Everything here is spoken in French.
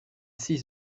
six